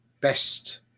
best